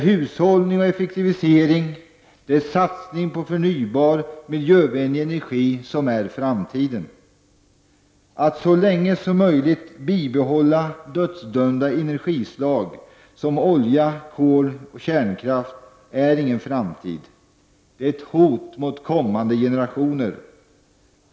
Hushållning och effektivisering och satsning på förnybar miljövänlig energi är framtiden. Att så länge som möjligt bibehålla dödsdömda energislag som olja, kol och kärnkraft är ingen framtid utan ett hot mot kommande generationer.